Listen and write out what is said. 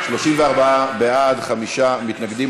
34 בעד, חמישה מתנגדים.